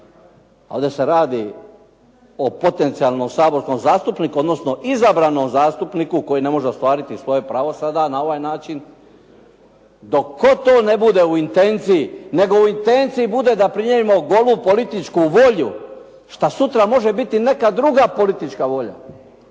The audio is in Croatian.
ali da se radi o potencijalnom saborskom zastupniku, odnosno izabranom zastupniku koji ne može ostvariti svoje pravo sada na ovaj način, dok god to ne bude u intenciji, nego u intenciji bude da primijenimo golu političku volju šta sutra može biti neka druga politička volja.